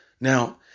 Now